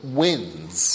wins